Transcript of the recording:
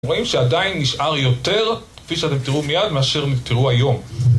רואים שעדיין נשאר יותר, כפי שאתם תראו מיד, מאשר תראו היום.